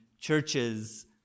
churches